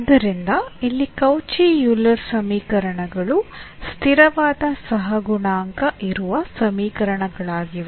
ಆದ್ದರಿಂದ ಇಲ್ಲಿ Cauchy Euler ಸಮೀಕರಣಗಳು ಸ್ಥಿರವಾದ ಸಹಗುಣಾಂಕ ಇರುವ ಸಮೀಕರಣಗಳಾಗಿವೆ